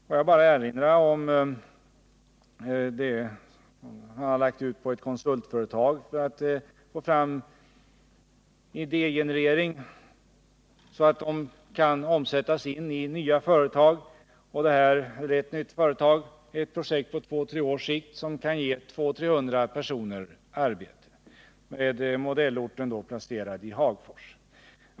Får jag bara erinra om det uppdrag som man har lagt ut på ett konsultföretag för att få fram en idégenerering, som skall kunna sättas in i nya företag. Detta är ett rätt nytt företag, som arbetar på ett projekt som kan ge 200-300 personer arbete, med modellorten placerad i Hagfors.